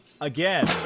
again